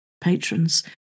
patrons